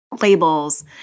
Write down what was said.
labels